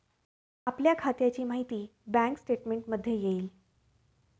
आपल्या खात्याची माहिती बँक स्टेटमेंटमध्ये येईल